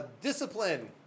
Discipline